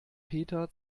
peter